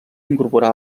incorporar